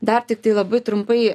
dar tiktai labai trumpai